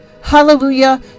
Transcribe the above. Hallelujah